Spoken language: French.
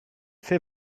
fais